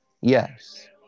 yes